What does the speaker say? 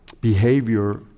behavior